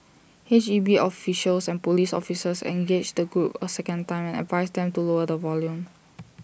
H E B officials and Police officers engaged the group A second time and advised them to lower the volume